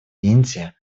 индия